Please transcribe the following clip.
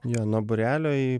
jo nuo būrelio į